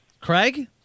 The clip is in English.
Craig